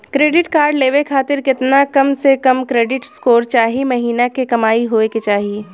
Credit card लेवे खातिर केतना कम से कम क्रेडिट स्कोर चाहे महीना के कमाई होए के चाही?